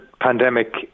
pandemic